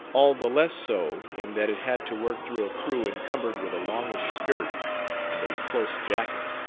all the less so in that it had to work through a crew encumbered with a longish skirt and a close jacket.